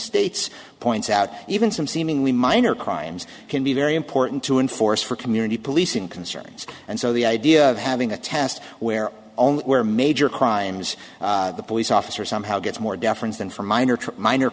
states points out even some seemingly minor crimes can be very important to enforce for community policing concerns and so the idea of having a test where only where major crimes the police officer somehow gets more deference than for minor minor